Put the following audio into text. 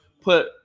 put